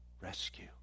Rescue